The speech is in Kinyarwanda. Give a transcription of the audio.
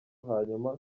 hanyuma